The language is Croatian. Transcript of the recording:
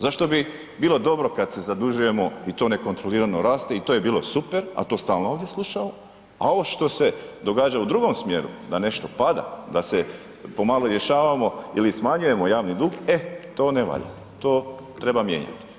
Zašto bi bilo dobro kad se zadužujemo i to nekontrolirano raste i to je bilo super a to stalno ovdje slušamo a ovo što se događa u drugom smjeru da nešto pada, da se pomalo rješavamo ili smanjujemo javni dug, e, to ne valja, to treba mijenjati.